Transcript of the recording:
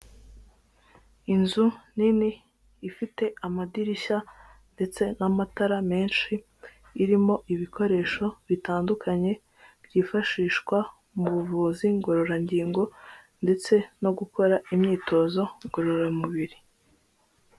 Inzu nini ifite amadirishya ndetse n'amatara menshi, irimo ibikoresho bitandukanye byifashishwa mu buvuzi ngororangingo ndetse no gukora imyitozo ngororamubiri.